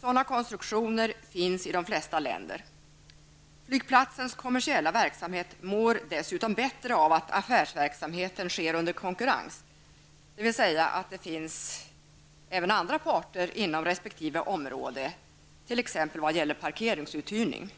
Sådana konstruktioner finns i de flesta länder. Flygplatsens kommersiella verksamhet mår dessutom bättre av att affärsverksamheten sker under konkurrens, dvs. att det finns även andra parter inom resp. område, t.ex. vad gäller parkeringsuthyrning.